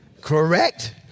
Correct